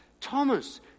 Thomas